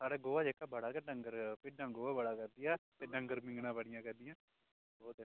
साढ़ै गोहा जेह्का बड़ा गै ड़ंगर गोहा बड़ा करदियां न ड़ंगर मिंगनां बडियां करदियां न